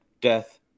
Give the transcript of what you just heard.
death